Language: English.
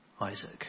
Isaac